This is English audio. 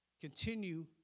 continue